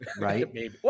right